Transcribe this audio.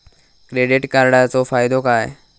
Credit कार्डाचो फायदो काय?